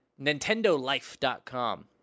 nintendolife.com